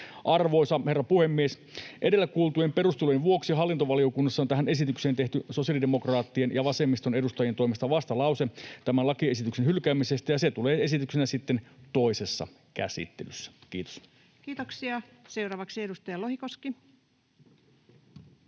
Arvoisa herra puhemies! Edellä kuultujen perustelujen vuoksi hallintovaliokunnassa on tähän esitykseen tehty sosiaalidemokraattien ja vasemmiston edustajien toimesta vastalause tämän lakiesityksen hylkäämisestä, ja se tulee esityksenä sitten toisessa käsittelyssä. — Kiitos. Kiitoksia. — Seuraavaksi, edustaja Lohikoski.